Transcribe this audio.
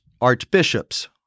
archbishops